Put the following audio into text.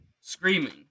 screaming